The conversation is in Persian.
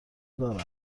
دارند